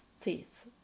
teeth